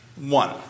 One